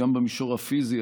גם במישור הפיזי,